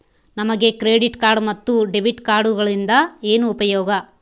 ನಮಗೆ credit card ಮತ್ತು debit ಕಾರ್ಡುಗಳಿಂದ ಏನು ಉಪಯೋಗ?